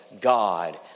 God